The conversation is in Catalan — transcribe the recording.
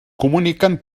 comuniquen